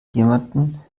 jemanden